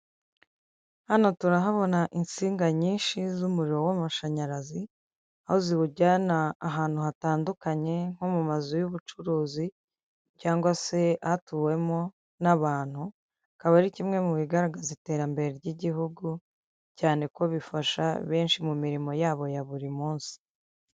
Hano turahabona insinga nyinshi z'umuriro w'amashanyarazi aho ziwujyana ahantu hatandukanye nko mu mazu y'ubucuruzi cyangwa se hatuwemo n'abantu kaba ari kimwe mu bigaragaza iterambere ry'igihugu cyane ko bifasha benshi mu mirimo yabo ya buri munsi.